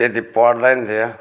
त्यति पढ्दैन थियो